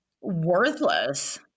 worthless